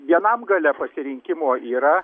vienam gale pasirinkimo yra